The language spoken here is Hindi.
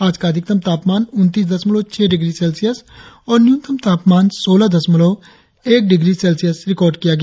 आज का अधिकतम तापमान उनतीस दशमलव छह डिग्री सेल्सियस और न्यूनतम तापमान सोलह दशमलव एक डिग्री सेल्सियस रिकार्ड किया गया